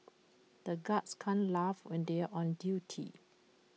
the guards can't laugh when they are on duty